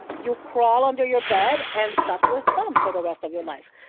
you crawl under your bed and suck your thumb for the rest of your life.